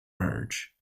merge